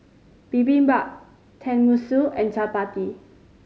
Bibimbap Tenmusu and Chapati